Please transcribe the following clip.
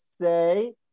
say